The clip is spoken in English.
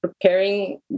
preparing